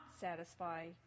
satisfy